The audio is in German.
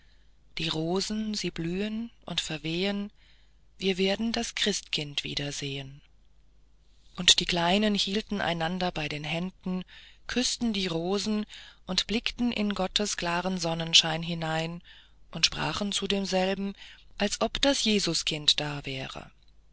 die rosen sie blühen und verwehen wir werden das christkind wieder sehen und die kleinen hielten einander bei den händen küßten die rosen und blickten in gottes klaren sonnenschein hinein und sprachen zu demselben als ob das jesuskind da wäre